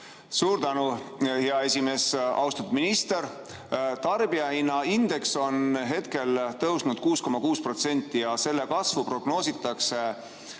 Suur tänu, hea esimees! Austatud minister! Tarbijahinnaindeks on hetkel tõusnud 6,6% ja selle kasvu prognoositakse